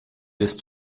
ist